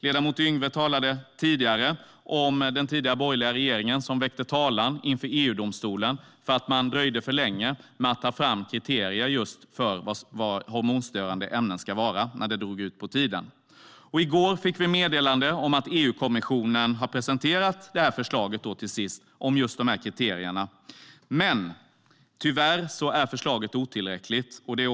Ledamot Yngwe talade förut om den tidigare borgerliga regeringen som väckte talan inför EU-domstolen för att man dröjde för länge med att ta fram kriterier för vad hormonstörande ämnen ska vara. I går fick vi meddelande om att EU-kommissionen till sist har presenterat ett förslag om de här kriterierna. Tyvärr är förslaget otillräckligt.